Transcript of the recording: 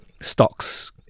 stocks